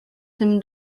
tym